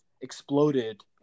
exploded